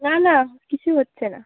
না না কিছু হচ্ছে না